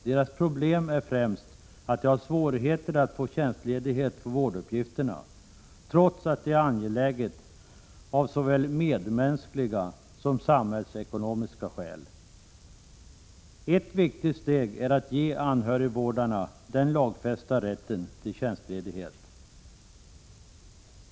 Deras problem är främst att de har svårigheter att få tjänstledighet för vårduppgifterna, trots att dessa är angelägna av såväl medmänskliga som samhällsekonomiska skäl. Ett viktigt steg är att ge anhörigvårdarna den lagfästa rätten till tjänstledighet.